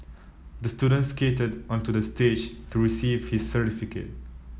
the student skated onto the stage to receive his certificate